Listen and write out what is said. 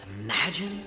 imagine